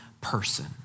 person